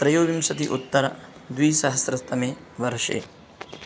त्रयोविंशति उत्तर द्विसहस्रतमे वर्षे